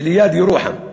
שליד ירוחם.